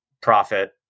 profit